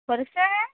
परीक्षा आहे